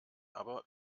aber